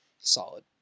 Solid